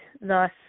thus